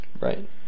right